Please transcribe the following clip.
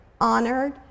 honored